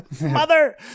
mother